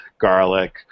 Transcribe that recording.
garlic